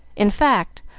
in fact,